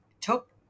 took